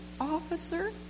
officer